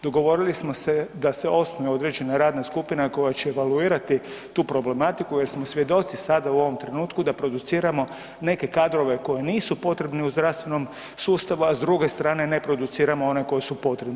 Dogovorili smo se da se osnuje određena radna skupina koja će evaluirati tu problematiku jer smo svjedoci sada u ovom trenutku da produciramo neke kadrove koji nisu potrebni u zdravstvenom sustavu, a s druge strane ne produciramo one koji su potrebni.